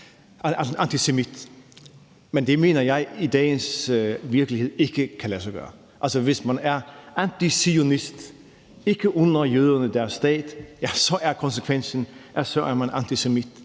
antisemit. Men det mener jeg i dagens virkelighed ikke kan lade sig gøre. Hvis man er antizionist, ikke under jøderne deres stat, så er konsekvensen, at så er man antisemit,